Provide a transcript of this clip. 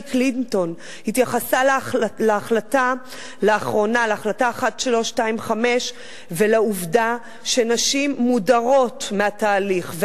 קלינטון התייחסה לאחרונה להחלטה 1325 ולעובדה שנשים מודרות מהתהליך,